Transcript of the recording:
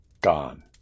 Gone